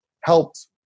helped